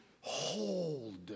hold